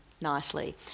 nicely